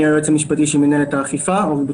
אני היועץ המשפטי של מנהלת האכיפה.